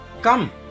come